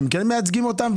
אתם כן מייצגים אותן?